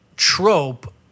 trope